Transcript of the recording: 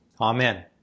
Amen